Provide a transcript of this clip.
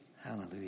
Hallelujah